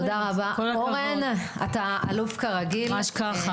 אין הכשרה.